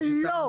זה לא יקרה.